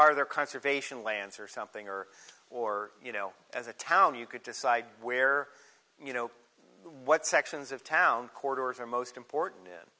are there conservation lands or something or or you know as a town you could decide where you know what sections of town corridors are most important in